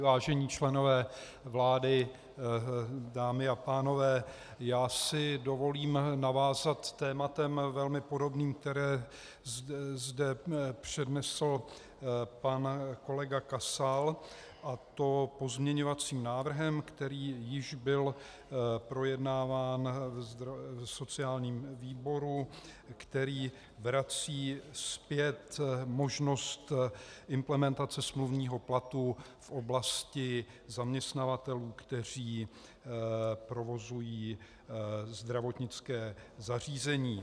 Vážení členové vlády, dámy a pánové, já si dovolím navázat tématem velmi podobným, které zde přednesl pan kolega Kasal, a to pozměňovacím návrhem, který již byl projednáván v sociálním výboru, který vrací zpět možnost implementace smluvního platu v oblasti zaměstnavatelů, kteří provozují zdravotnické zařízení.